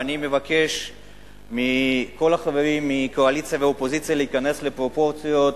ואני הייתי מבקש מכל החברים מהקואליציה והאופוזיציה להיכנס לפרופורציות,